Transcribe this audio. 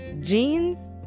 jeans